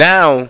Now